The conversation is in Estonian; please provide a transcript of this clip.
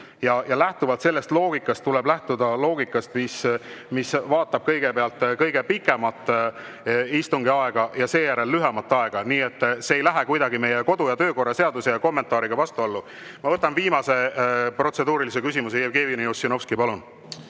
Lähtuvalt sellest tuleb lähtuda loogikast, et kõigepealt vaatame kõige pikemat istungi aega ja seejärel lühemat aega. Nii et see ei lähe kuidagi meie kodu- ja töökorra seaduse kommentaariga vastuollu. Ma võtan viimase protseduurilise küsimuse. Jevgeni Ossinovski, palun!